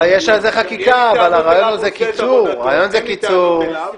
אין לי טענות אליו,